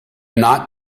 not